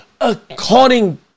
according